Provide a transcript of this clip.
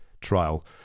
Trial